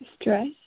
Stress